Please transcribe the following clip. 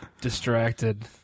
distracted